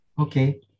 okay